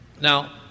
Now